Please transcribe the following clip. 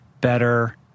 better